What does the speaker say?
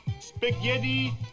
spaghetti